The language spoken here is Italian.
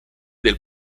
del